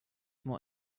more